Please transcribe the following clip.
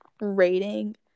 rating